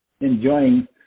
enjoying